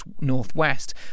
Northwest